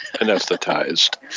anesthetized